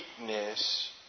weakness